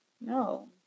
no